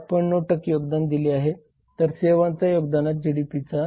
9 योगदान दिले आहे तर सेवांचा योगदान जीडीपीच्या 10